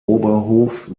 oberhof